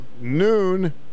noon